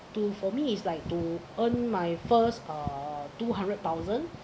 to for me is like to earn my first uh two hundred thousand